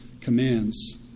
commands